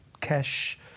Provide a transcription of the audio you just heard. cash